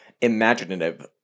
imaginative